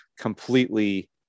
completely